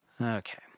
Okay